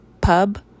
pub